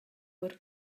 were